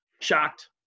shocked